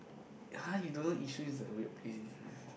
har you don't know Yishun is a weird place in Singapore